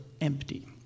empty